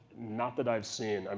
not that i've seen. um